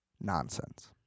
nonsense